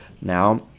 now